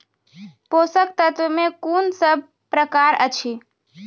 पोसक तत्व मे कून सब प्रकार अछि?